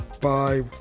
bye